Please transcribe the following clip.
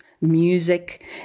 music